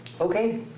Okay